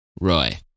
Roy